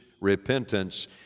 repentance